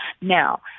now